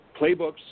playbooks